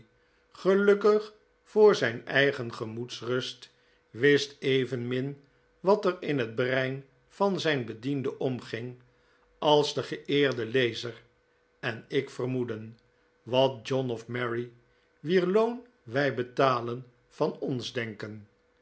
gelukkig voor zijn eigen gemoedsrust wist evenmin wat er in het brein van zijn bediende omging als de geeerde lezer en ik vermoeden wat john of mary wier loon wij betalen van ons denken